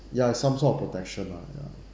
ya some sort of protection lah ya